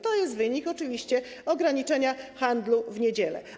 To jest wynik oczywiście ograniczenia handlu w niedzielę.